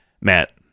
Matt